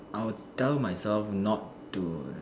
I would tell myself not to